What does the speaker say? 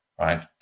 right